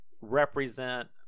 represent